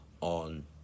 on